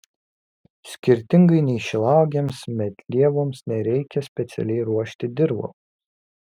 skirtingai nei šilauogėms medlievoms nereikia specialiai ruošti dirvos